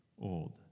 old